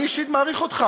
אני אישית מעריך אותך,